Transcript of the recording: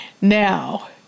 Now